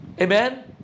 Amen